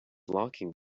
locking